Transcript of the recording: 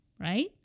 right